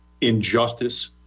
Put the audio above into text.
injustice